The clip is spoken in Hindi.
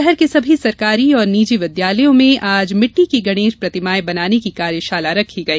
शहर के सभी सरकारी और निजी विद्यालयों में आज मिट्टी की गणेश प्रतिमा बनाने की कार्यशाला रखी गई